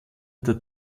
der